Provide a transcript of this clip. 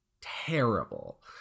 terrible